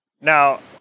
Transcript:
Now